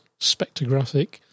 spectrographic